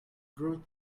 growth